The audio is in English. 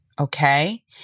Okay